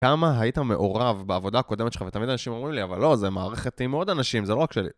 כמה היית מעורב בעבודה הקודמת שלך? ותמיד אנשים אומרים לי, אבל לא, זה מערכת עם עוד אנשים, זה לא רק שלי.